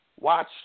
Watch